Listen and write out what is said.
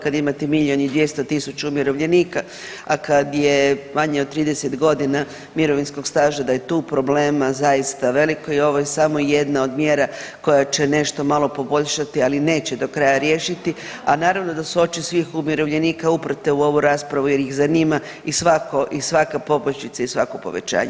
Kad imate milijun i 200 tisuća umirovljenika, a kad je manje od 30.g. mirovinskog staža da je tu problem zaista velik i ovo je samo jedna od mjera koja će nešto malo poboljšati, ali neće do kraja riješiti, a naravno da su oči svih umirovljenika uprte u ovu raspravu jer ih zanima i svako i svaka poboljšica i svako povećanje.